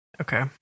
Okay